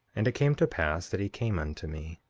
and it came to pass that he came unto me,